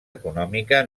econòmica